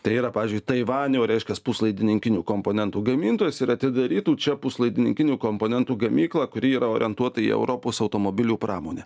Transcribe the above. tai yra pavyzdžiui taivanio reiškias puslaidininkinių komponentų gamintojas ir atidarytų čia puslaidininkinių komponentų gamyklą kuri yra orientuota į europos automobilių pramonę